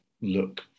look